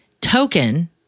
token